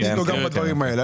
הייתי איתו גם בדברים האלה.